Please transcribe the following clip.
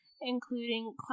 including